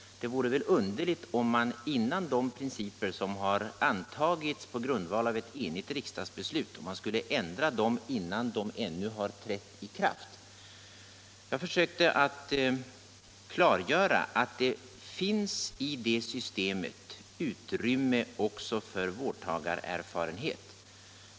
Det vore väl underligt om man skulle göra ändringar redan innan de principer som antagits på grundval av ett enigt riksdagsbeslut har trätt i kraft. Jag försökte klargöra att i systemet finns utrymme också för vårdtagarerfarenhet.